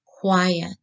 quiet